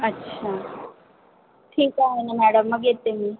अच्छा ठीक आहे नं मॅडम मग येते मी